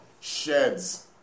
sheds